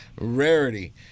Rarity